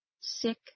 sick